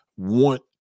want